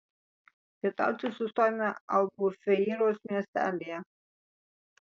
pietauti sustojome albufeiros miestelyje